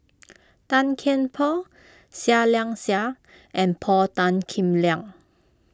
Tan Kian Por Seah Liang Seah and Paul Tan Kim Liang